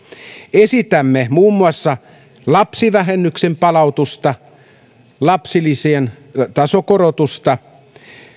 esitämme muun muassa lapsivähennyksen palautusta lapsilisien tasokorotusta